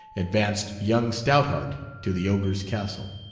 advanced young stoutheart to the ogre's castle.